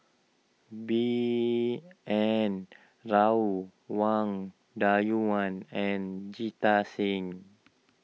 B N Rao Wang Dayuan and Jita Singh